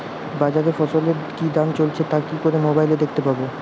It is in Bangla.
বাজারে ফসলের কি দাম চলছে তা কি করে মোবাইলে দেখতে পাবো?